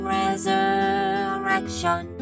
resurrection